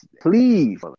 please